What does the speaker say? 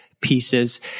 pieces